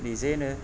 निजेनो